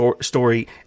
story